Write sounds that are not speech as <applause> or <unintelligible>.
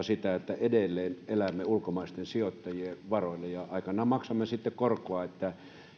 <unintelligible> sitä että edelleen elämme ulkomaisten sijoittajien varoin ja aikanaan maksamme sitten korkoa